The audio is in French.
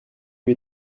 lui